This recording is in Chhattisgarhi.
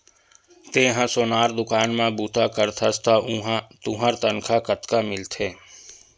तेंहा सोनार दुकान म बूता करथस त उहां तुंहर तनखा कतका मिलथे?